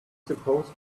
suppose